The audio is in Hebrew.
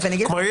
כלומר,